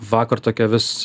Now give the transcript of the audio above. vakar tokia vis